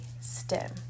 STEM